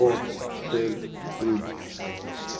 sports sales tweet